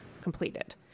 completed